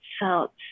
felt